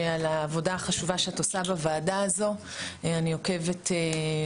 על העבודה החשובה שאת עושה בוועדה הזו ועל זה